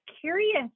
curious